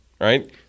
right